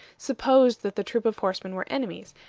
supposed that the troop of horsemen were enemies,